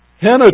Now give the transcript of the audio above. Hannah